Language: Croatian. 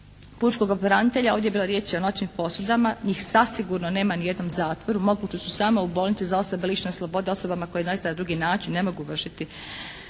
pučkoga pravobranitelja, ovdje je bilo riječi o noćnim posudama. Njih zasigurno nema ni u jednom zatvoru, moguće su samo u bolnicama za osobe lišene slobode osobama koje doista na drugi način ne mogu vršiti